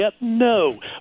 No